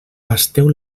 pasteu